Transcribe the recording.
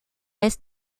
est